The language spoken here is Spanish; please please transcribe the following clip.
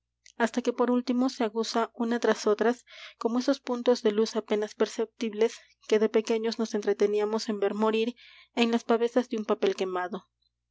hasta que por último se aguzan unas tras otras como esos puntos de luz apenas perceptibles que de pequeños nos entreteníamos en ver morir en las pavesas de un papel quemado